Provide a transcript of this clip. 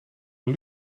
een